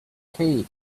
cage